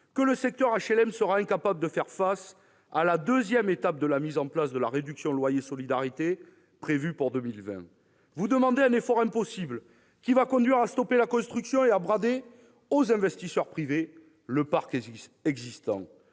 que le secteur HLM sera incapable de faire face à la deuxième étape de la mise en place de la réduction de loyer de solidarité, prévue pour 2020. Vous demandez un effort impossible, qui va conduire à stopper la construction et à brader aux investisseurs privés le parc existant.